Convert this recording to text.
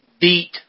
beat